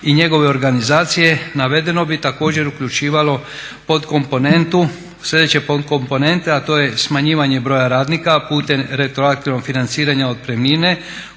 i njegove organizacije. Navedeno bi također uključivalo podkomponentu, sljedeće podkomponente a to je smanjivanje broja radnika putem retroaktivnog financiranja otpremnine